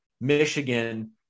Michigan